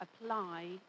apply